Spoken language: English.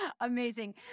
amazing